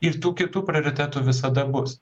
ir tų kitų prioritetų visada bus